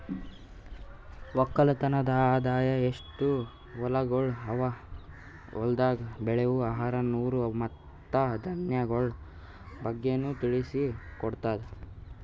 ಒಕ್ಕಲತನದ್ ಆದಾಯ, ಎಸ್ಟು ಹೊಲಗೊಳ್ ಅವಾ, ಹೊಲ್ದಾಗ್ ಬೆಳೆವು ಆಹಾರ, ನಾರು ಮತ್ತ ಧಾನ್ಯಗೊಳ್ ಬಗ್ಗೆನು ತಿಳಿಸಿ ಕೊಡ್ತುದ್